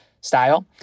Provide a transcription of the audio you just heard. style